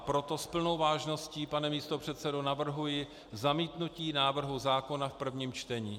Proto s plnou vážností, pane místopředsedo, navrhuji zamítnutí návrhu zákona v prvním čtení.